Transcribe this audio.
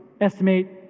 estimate